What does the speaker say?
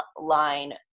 line